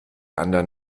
anderen